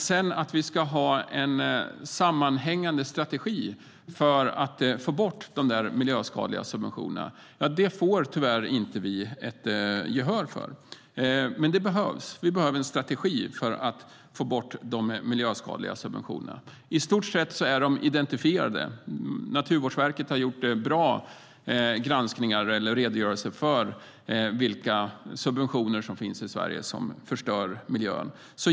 Men att vi ska ha en sammanhängande strategi för att få bort de miljöskadliga subventionerna får vi tyvärr inte gehör för. Men det behövs. Vi behöver en strategi för att få bort de miljöskadliga subventionerna. De är i stort sett identifierade. Naturvårdsverket har gjort bra granskningar av vilka subventioner som förstör och som finns i Sverige.